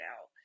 out